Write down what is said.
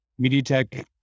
MediaTek